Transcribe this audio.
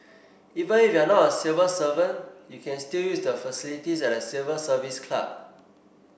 even if you are not a civil servant you can still use the facilities at the Civil Service Club